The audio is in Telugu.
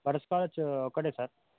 బట్టర్స్కాచ్ ఒకటి సార్